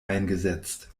eingesetzt